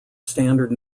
standard